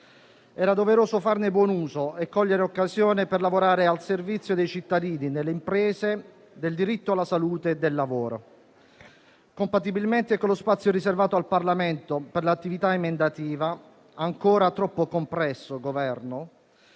Era doveroso farne buon uso e cogliere l'occasione per lavorare al servizio dei cittadini e delle imprese, del diritto alla salute e del lavoro. Compatibilmente con lo spazio riservato al Parlamento per l'attività emendativa, ancora troppo compresso - e